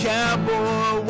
Cowboy